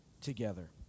together